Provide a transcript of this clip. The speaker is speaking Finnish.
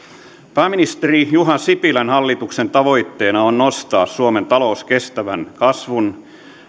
pääministeri juha sipilän hallituksen tavoitteena on nostaa suomen talous kestävän kasvun